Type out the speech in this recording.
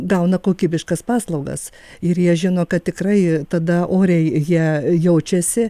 gauna kokybiškas paslaugas ir jie žino kad tikrai tada oriai jie jaučiasi